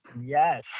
Yes